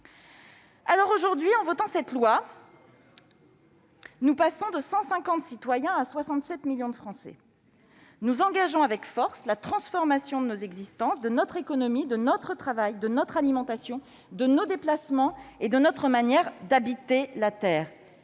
tous. Aujourd'hui, en votant ce texte, nous passons de 150 citoyens à 67 millions de Français. Nous engageons avec force la transformation de nos existences, de notre économie, de notre travail, de notre alimentation, de nos déplacements et de notre manière d'habiter la Terre.